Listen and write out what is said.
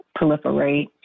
proliferate